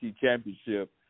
championship